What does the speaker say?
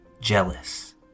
jealous